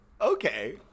okay